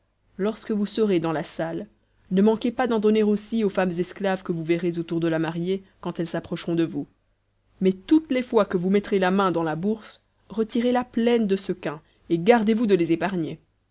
lorsque vous serez dans la salle ne manquez pas d'en donner aussi aux femmes esclaves que vous verrez autour de la mariée quand elles s'approcheront de vous mais toutes les fois que vous mettrez la main dans la bourse retirezla pleine de sequins et gardez-vous de les épargner